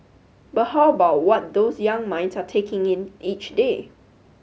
but how about what those young minds are taking in each day